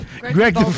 Greg